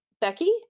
Becky